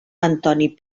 antoni